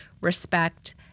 respect